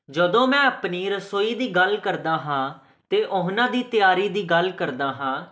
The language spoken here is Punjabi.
ਜਦੋਂ ਮੈਂ ਆਪਣੀ ਰਸੋਈ ਦੀ ਗੱਲ ਕਰਦਾ ਹਾਂ ਅਤੇ ਉਹਨਾਂ ਦੀ ਤਿਆਰੀ ਦੀ ਗੱਲ ਕਰਦਾ ਹਾਂ